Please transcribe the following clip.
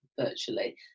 virtually